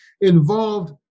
involved